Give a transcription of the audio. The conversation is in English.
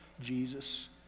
Jesus